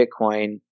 Bitcoin